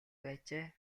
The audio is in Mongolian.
байжээ